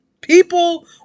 People